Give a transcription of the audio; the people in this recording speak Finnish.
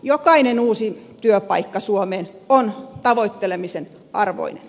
jokainen uusi työpaikka suomeen on tavoittelemisen arvoinen